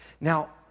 Now